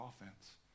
offense